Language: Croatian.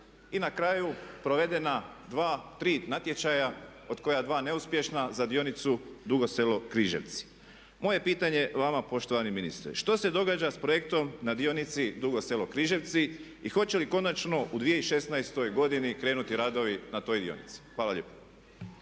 i na kraju provedena 2, 3 natječaja od koja dva neuspješna za dionicu Dugo Selo-Križevci. Moje pitanje vama poštovani ministre. Što se događa sa projektom na dionici Dugo Selo-Križevci i hoće li konačno u 2016. godini krenuti radovi na toj dionici? Hvala lijepo.